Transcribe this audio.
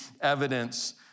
evidence